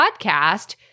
Podcast